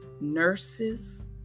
nurses